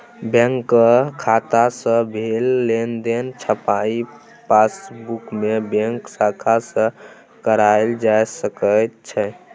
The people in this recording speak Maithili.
बैंक खाता सँ भेल लेनदेनक छपाई पासबुकमे बैंक शाखा सँ कराएल जा सकैत छै